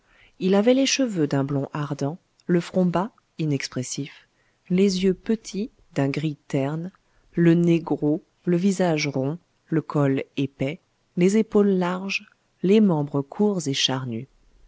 il avait les cheveux d'un blond ardent le front bas inexpressif les yeux petits d'un gris terne le nez gros le visage rond le col épais les épaules larges les membres courts et charnus